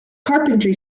carpentry